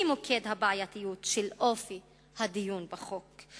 היא מוקד הבעייתיות של אופי הדיון בחוק,